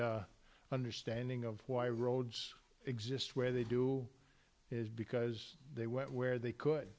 understanding of why roads exist where they do is because they went where they could